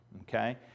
okay